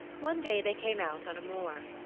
one day they came out on a moor.